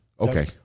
Okay